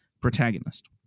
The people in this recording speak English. protagonist